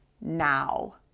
now